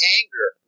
anger